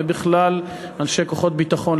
ובכלל אנשי כוחות ביטחון,